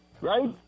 Right